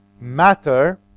Matter